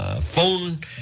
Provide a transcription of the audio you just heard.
Phone